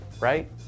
right